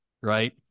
right